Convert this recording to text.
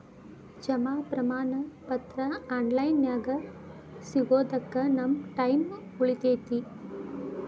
ಜಮಾ ಪ್ರಮಾಣ ಪತ್ರ ಆನ್ ಲೈನ್ ನ್ಯಾಗ ಸಿಗೊದಕ್ಕ ನಮ್ಮ ಟೈಮ್ ಉಳಿತೆತಿ